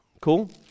Cool